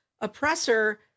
oppressor